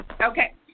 Okay